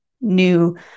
new